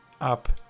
Up